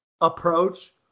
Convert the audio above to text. approach